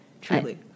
Truly